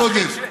קודם,